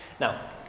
now